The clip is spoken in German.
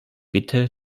bitte